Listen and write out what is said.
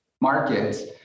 markets